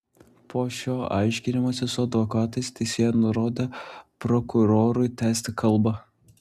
po šio aiškinimosi su advokatais teisėja nurodė prokurorui tęsti kalbą